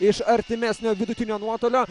iš artimesnio vidutinio nuotolio